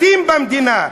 בתים במדינה,